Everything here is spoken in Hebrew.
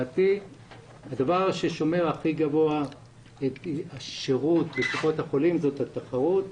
הדבר ששומר הכי גבוה את השירות בקופות החולים זאת התחרות.